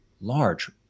large